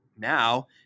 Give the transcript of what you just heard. Now